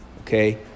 okay